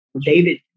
David